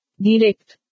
Direct